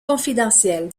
confidentiel